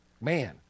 Man